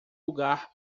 lugar